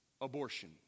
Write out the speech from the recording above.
abortion